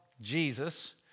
Jesus